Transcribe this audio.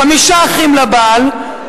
חמישה אחים לבעל,